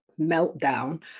meltdown